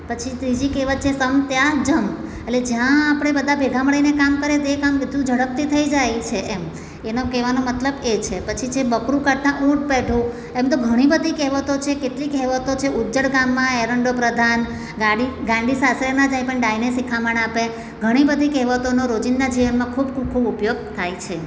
પછી ત્રીજી કહેવત છે સંપ ત્યાં જંપ એટલે જયાં આપણે બધાં ભેગા મળીને કામ કરીએ તો એ કામ બધું ઝડપથી થઈ જાય છે એમ એનો કહગેવાનો મતલબ એ છે પછી છે બકરું કાઢતા ઊંટ પેઠું એમ તો ઘણી બધી કહેવતો છે કેટલી કહેવતો છે ઉજજળ ગામમાં એરંડો પ્રધાન ગાંડી સાસરે ના જાય પણ ડાહીને શીખામણ આપે ઘણી બધી કહેવતોનો રોજિંદા જીવનમાં ખૂબ ખૂબ ખૂબ ઉપયોગ થાય છે